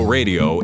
Radio